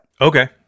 Okay